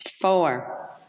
four